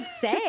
say